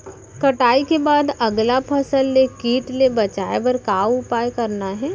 कटाई के बाद अगला फसल ले किट ले बचाए बर का उपाय करना हे?